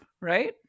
Right